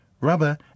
rubber